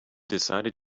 decided